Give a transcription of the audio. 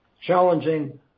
challenging